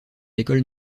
l’école